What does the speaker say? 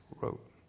wrote